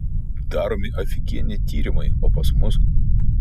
daromi afigieni tyrimai o pas mus